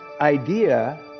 idea